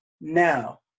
now